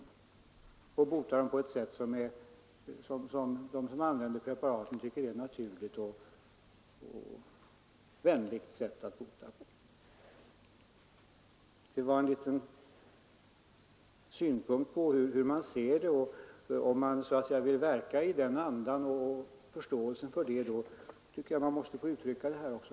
Det är fråga om preparat som det känns naturligt att använda för sådana personer som tror på att de kan bota dem. Jag har velat ge synpunkter på hur människor ser på den här frågan. När man vill verka i denna anda och försöka få förståelse för detta, tycker jag att man skall ge uttryck för den saken också.